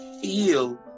feel